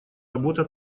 работа